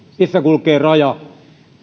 missä kulkee raja